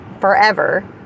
forever